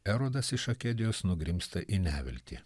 erodas iš akedijos nugrimzta į neviltį